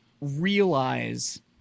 realize